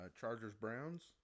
Chargers-Browns